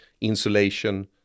Insulation